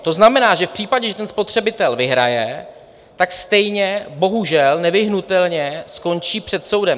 To znamená, že v případě, že spotřebitel vyhraje, stejně bohužel nevyhnutelně skončí před soudem.